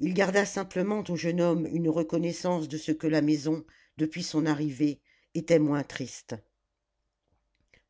il garda simplement au jeune homme une reconnaissance de ce que la maison depuis son arrivée était moins triste